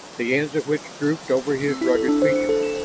the ends of which drooped over his rugged features.